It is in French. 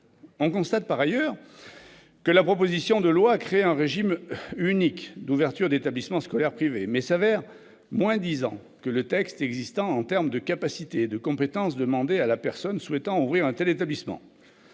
On constate par ailleurs que la proposition de loi crée un régime unique d'ouverture d'établissement scolaire privé, mais s'avère « moins-disante » que le texte existant en termes de capacité et de compétence demandées à la personne souhaitant ouvrir un tel établissement.,